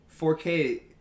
4K